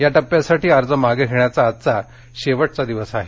या टप्प्यासाठी अर्ज मागे घेण्याचा आजचा शेवटचा दिवस आहे